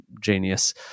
genius